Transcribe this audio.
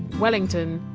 wellington!